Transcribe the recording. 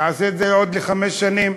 נעשה את זה לעוד חמש שנים.